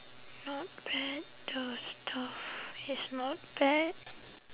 not bad the stuff is not bad